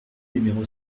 numéro